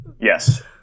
Yes